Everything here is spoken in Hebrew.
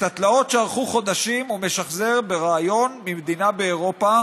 את התלאות שארכו חודשים הוא משחזר בריאיון ממדינה באירופה